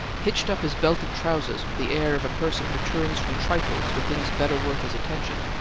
hitched up his belted trousers with the air of a person who turns from trifles to things better worth his attention,